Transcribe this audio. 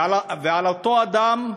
ועל אותו אדם,